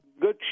Good